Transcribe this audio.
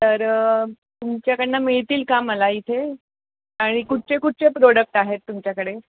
तर तुमच्याकडून मिळतील का मला इथे आणि कुठचे कुठचे प्रोडक्ट आहेत तुमच्याकडे